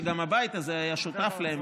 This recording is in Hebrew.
שגם הבית הזה היה שותף להם,